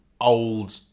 old